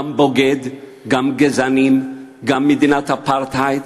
גם "בוגד", גם "גזענים", גם "מדינת אפרטהייד".